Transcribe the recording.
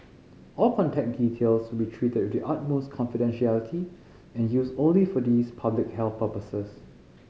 all contact details will be treated with the utmost confidentiality and used only for these public health purposes